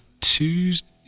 Tuesday